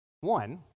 One